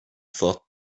forte